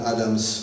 Adams